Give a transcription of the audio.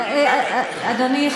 אדוני,